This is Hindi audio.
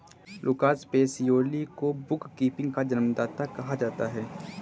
लूकास पेसियोली को बुक कीपिंग का जन्मदाता कहा जाता है